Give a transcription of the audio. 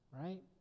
Right